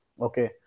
Okay